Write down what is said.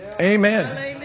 Amen